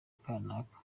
kanaka